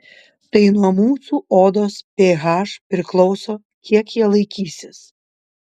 tai nuo mūsų odos ph priklauso kiek jie laikysis